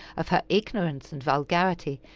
of her ignorance and vulgarity,